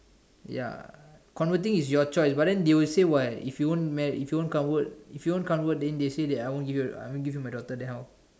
ya converting is your choice but then they will say what if you want marry if you dot convert don't convert then they say I won't give you my daughter then how